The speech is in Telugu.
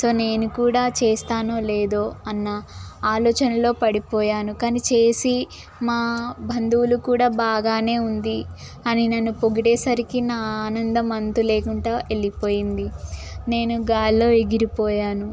సో నేను కూడా చేస్తానో లేదో అన్న ఆలోచనలో పడిపోయాను కానీ చేసి మా బంధువులు కూడా బాగా ఉంది అని నన్ను పొగిడేసరికి నా ఆనందం అంతులేకుండా వెళ్ళిపోయింది నేను గాలిలో ఎగిరిపోయాను